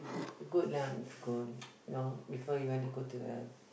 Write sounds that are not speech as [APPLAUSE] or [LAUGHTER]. good lah of course [NOISE] know before you want to go to the